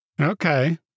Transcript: Okay